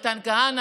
מתן כהנא,